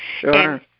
Sure